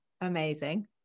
amazing